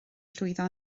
llwyddo